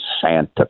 Santa